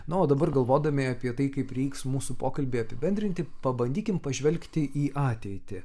na o dabar galvodami apie tai kaip reiks mūsų pokalbį apibendrinti pabandykim pažvelgti į ateitį